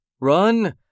Run